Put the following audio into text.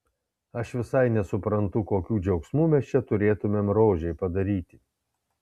aš visai nesuprantu kokių džiaugsmų mes čia turėtumėm rožei padaryti